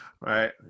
right